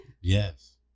Yes